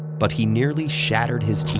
but he nearly shattered his teeth,